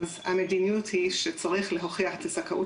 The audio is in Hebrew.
המדיניות היא שצריך להוכיח את הזכאות